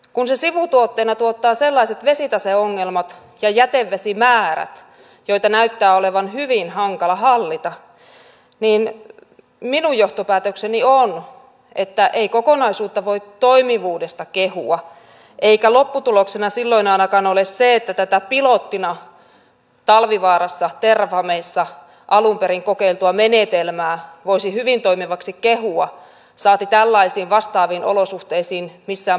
kun se sivutuotteena tuottaa sellaiset vesitaseongelmat ja jätevesimäärät joita näyttää olevan hyvin hankala hallita niin minun johtopäätökseni on että ei kokonaisuutta voi toimivuudesta kehua eikä lopputuloksena silloin ainakaan ole se että tätä pilottina talvivaarassa terrafamessa alun perin kokeiltua menetelmää voisi hyvin toimivaksi kehua saati tällaisiin vastaaviin olosuhteisiin missään muuallakaan suositella